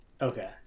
okay